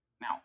Now